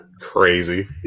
Crazy